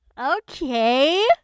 Okay